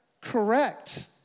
correct